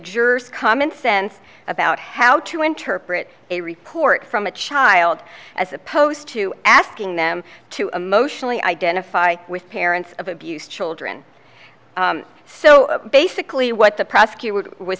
jurors common sense about how to interpret a report from a child as opposed to asking them to emotionally identify with parents of abused children so basically what the prosecutor w